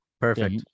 Perfect